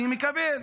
אני מקבל.